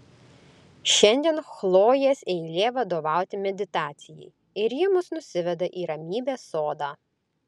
šiandien chlojės eilė vadovauti meditacijai ir ji mus nusiveda į ramybės sodą